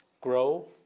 grow